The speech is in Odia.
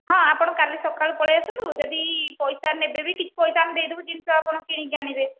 ହଁ ଆପଣ କାଲି ସକାଳୁ ପଳାଇଆସନ୍ତୁ ଯଦି ପଇସା ନେବେ ବି କିଛି ପଇସା ଆମେ ଦେଇଦେବୁ ଜିନିଷ ଆପଣ କିଣିକି ଆଣିବେ